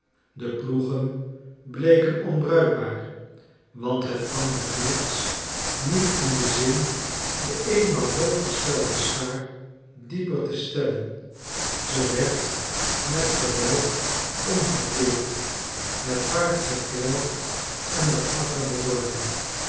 de ploegen bleken onbruikbaar want het kwam de knechts niet in den zin de eenmaal hooggestelde schaar dieper te stellen ze werd met geweld omgekeerd het paard gekweld en den akker bedorven